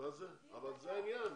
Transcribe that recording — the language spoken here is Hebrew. אבל זה העניין,